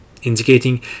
Indicating